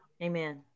Amen